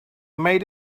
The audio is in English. made